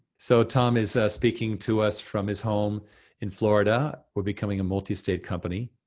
so tom is speaking to us from his home in florida, we're becoming a multi-state company.